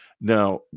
Now